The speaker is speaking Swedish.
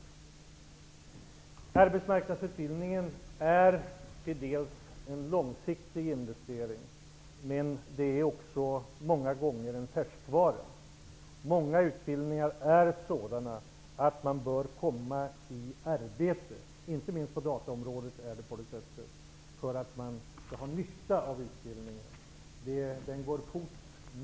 Arbetsmarknadsutbildningen är en långsiktig investering. Många gånger är det också en färskvara. Flera utbildningar, inte minst på dataområdet, är sådana att man snabbt bör komma i arbete för att man skall ha nytta av sin utbildning. Utvecklingen går fort.